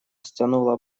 стянула